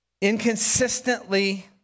inconsistently